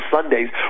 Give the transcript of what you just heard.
Sundays